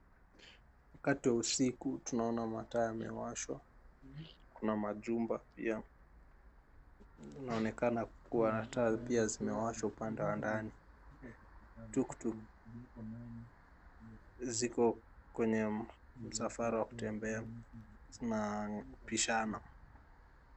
Wakati wa usiku, tunaona mataa yamewashwa. Kuna majumba, pia inaonekana kuwa taa zimewashwa upande wa ndani. Tuk tuk ziko kwenye msafara wa kutembea, zinapishana.